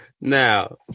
Now